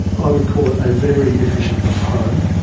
i would call it a very efficient home.